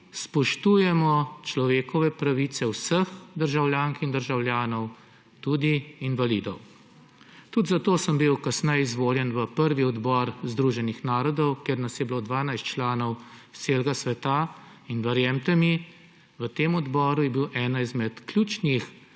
spoštujemo človekove pravice vseh državljank in državljanov, tudi invalidov. Tudi zato sem bil kasneje izvoljen v prvi odbor Združenih narodov, kjer nas je bilo 12 članov iz celega sveta, in verjemite mi, v tem odboru je bil ena izmed ključnih